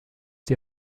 die